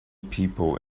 people